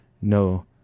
no